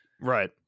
Right